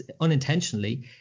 unintentionally